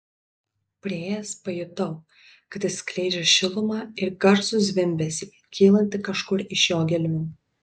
priėjęs pajutau kad jis skleidžia šilumą ir garsų zvimbesį kylantį kažkur iš jo gelmių